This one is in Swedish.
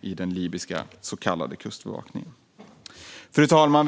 i den libyska så kallade kustbevakningen. Fru talman!